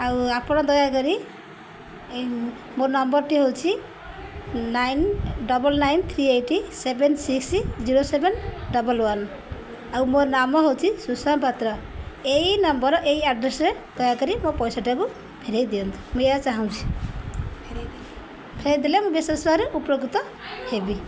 ଆଉ ଆପଣ ଦୟାକରି ଏଇ ମୋ ନମ୍ବର୍ଟି ହେଉଛି nine double nine three eight seven six zero seven double one ଆଉ ମୋ ନାମ ହେଉଛି ସୁଷମା ପାତ୍ର ଏଇ ନମ୍ବର୍ ଏଇ ଆଡ଼୍ରେସ୍ରେ ଦୟାକରି ମୋ ପଇସାଟାକୁ ଫେରେଇ ଦିଅନ୍ତୁ ମୁଁ ଏହା ଚାହୁଁଛି ଫେରେଇ ଦେଲେ ମୁଁ ବିଶେଷରେ ଉପକୃତ ହେବି